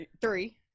three